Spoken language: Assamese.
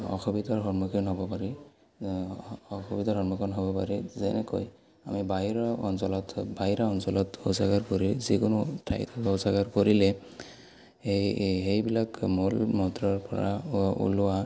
অসুবিধাৰ সন্মুখীন হ'ব পাৰি অসুবিধাৰ সন্মুখীন হ'ব পাৰি যেনেকৈ আমি বাহিৰৰ অঞ্চলত বাহিৰা অঞ্চলত শৌচাগাৰ কৰি যিকোনো ঠাইত শৌচাগাৰ কৰিলে সেই সেইবিলাক মূল মদ্ৰৰ পৰা ওলোৱা